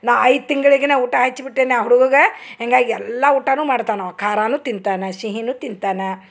ನಾ ಐದು ತಿಂಗ್ಳಿಗೆನ ಉಟ ಹಚ್ಬಿಟ್ಟೆನಿ ಆ ಹುಡ್ಗುಗ ಹಿಂಗಾಗಿ ಎಲ್ಲ ಊಟನು ಮಾಡ್ತಾನೆ ಅವ ಖಾರನು ತಿಂತಾನ ಸಿಹಿನು ತಿಂತಾನ